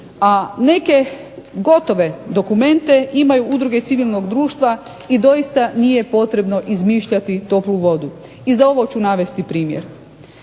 a neke gotove dokumente imaju udruge civilnog društva i doista nije potrebno izmišljati toplu vodu. I za ovo ću navesti primjer.